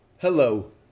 Hello